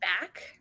back